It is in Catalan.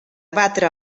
batre